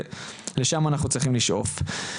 ולשם אנחנו צריכים לשאוף.